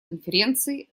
конференции